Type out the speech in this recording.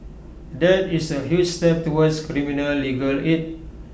that is A huge step towards criminal legal aid